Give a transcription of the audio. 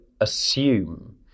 assume